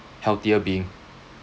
healthier being